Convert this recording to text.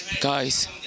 Guys